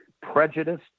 prejudiced